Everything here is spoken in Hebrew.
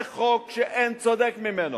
זה חוק שאין צודק ממנו.